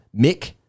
Mick